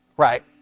Right